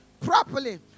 properly